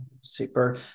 Super